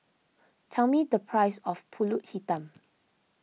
tell me the price of Pulut Hitam